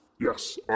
Yes